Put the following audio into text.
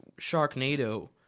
sharknado